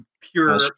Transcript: pure